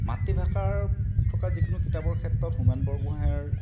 মাতৃভাষাৰ থকা যিকোনো কিতাপৰ ক্ষেত্ৰত হোমেন বৰগোঁহাইৰ